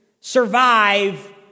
survive